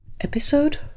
Episode